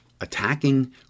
attacking